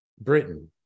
Britain